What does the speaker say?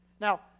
Now